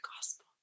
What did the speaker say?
gospel